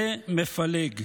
זה מפלג.